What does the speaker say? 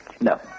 No